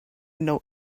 know